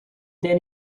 then